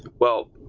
well,